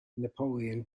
napoleon